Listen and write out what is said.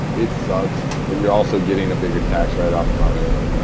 it sucks but you're also getting a bigger tax write off from it.